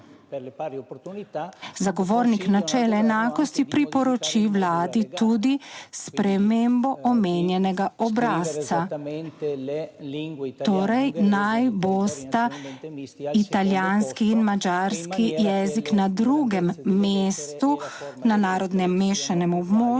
Zagovornik načela enakosti priporoči Vladi tudi spremembo omenjenega obrazca. Torej, naj bosta italijanski in madžarski jezik na drugem mestu na narodno mešanem območju